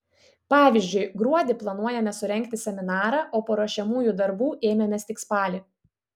pavyzdžiui gruodį planuojame surengti seminarą o paruošiamųjų darbų ėmėmės tik spalį